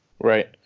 Right